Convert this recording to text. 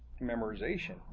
memorization